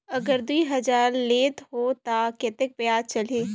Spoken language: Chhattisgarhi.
अगर दुई हजार लेत हो ता कतेक ब्याज चलही?